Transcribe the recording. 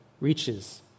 reaches